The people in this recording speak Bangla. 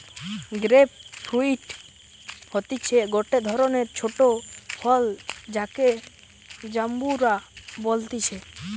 গ্রেপ ফ্রুইট হতিছে গটে ধরণের ছোট ফল যাকে জাম্বুরা বলতিছে